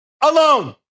Alone